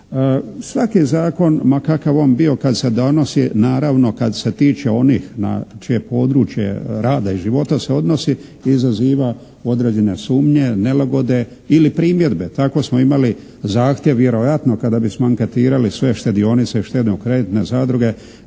Svaki je zakon ma kakav on bio kad se donosi naravno kad se tiče onih na čije područje rada i života se odnosi izaziva određene sumnje, nelagode ili primjedbe. Tako smo imali zahtjev vjerojatno kada bismo anketirali sve štedionice, štedno-kreditne zadruge